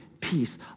peace